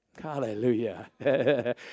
Hallelujah